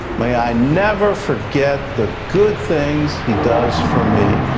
may i never forget the good things he does for me.